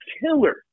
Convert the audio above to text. killer